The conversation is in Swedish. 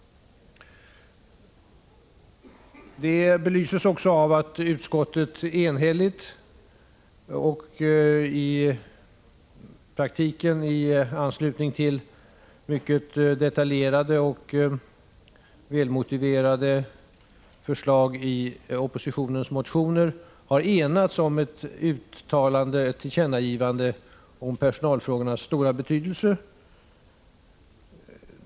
Detta belyses också av att utskottet enhälligt och i praktiken, i anslutning till mycket detaljerade och välmotiverade förslag i oppositionens motioner, har enats om ett tillkännagivande om personalfrågornas stora betydelse.